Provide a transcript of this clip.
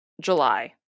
July